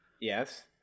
yes